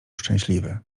szczęśliwy